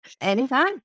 Anytime